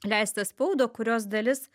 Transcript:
leistą spaudą kurios dalis